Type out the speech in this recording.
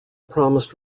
promised